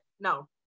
No